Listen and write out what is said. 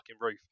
roof